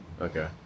Okay